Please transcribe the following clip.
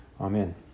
Amen